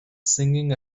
singing